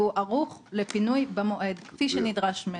והוא ערוך לפינוי במועד כפי שנדרש ממנו.